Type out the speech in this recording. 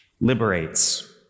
liberates